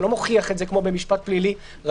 אתה לא מוכיח את זה כמו במשפט פלילי רגיל.